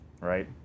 right